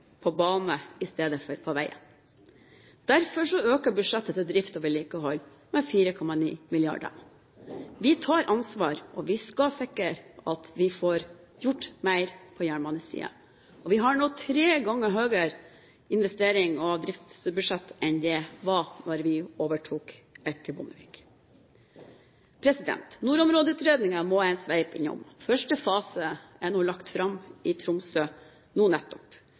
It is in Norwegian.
på bane i stedet for på vei. Derfor øker budsjettet til drift og vedlikehold med 4,9 mrd. kr. Vi tar ansvar, og vi skal sikre at vi får gjort mer på jernbanesiden. Vi har nå tre ganger høyere investerings- og driftsbudsjett enn da vi overtok etter Bondevik. Nordområdeutredningen må jeg en sveip innom. Første fase ble lagt fram i Tromsø nå nettopp.